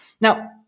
Now